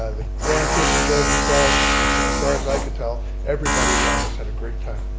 the grandkids enjoyed themselves and as far as i could tell everybody around us had a great time.